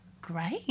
Great